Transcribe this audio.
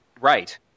Right